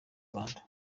rwanda